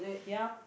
ya